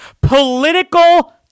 political